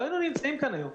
לא היינו נמצאים כאן היום.